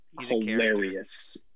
hilarious